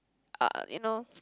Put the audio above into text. uh you know